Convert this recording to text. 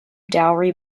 dowry